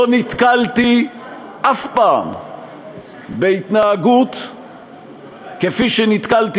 לא נתקלתי אף פעם בהתנהגות כפי שנתקלתי